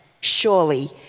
Surely